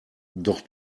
doch